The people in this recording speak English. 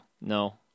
No